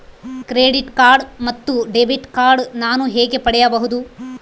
Credit card ಮತ್ತು debit card ನಾನು ಹೇಗೆ ಪಡೆಯಬಹುದು?